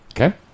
Okay